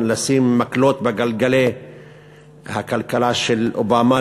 לשים מקלות בגלגלי הכלכלה של אובמה,